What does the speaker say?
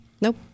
Nope